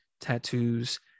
tattoos